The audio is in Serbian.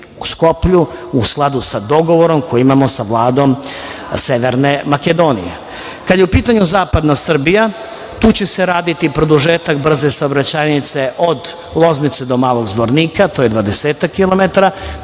u Skoplju u skladu sa dogovorom koji imamo sa Vladom Severne Makedonije. Kada je u pitanju zapadna Srbija, tu će se raditi produžetak brze saobraćajnice od Loznice do Malog Zvornika. To je